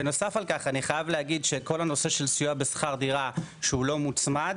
בנוסף על כך אני חייב להגיד שכל הנושא של בסיוע בשכר דירה שהוא לא מוצמד